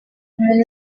umuntu